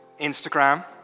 Instagram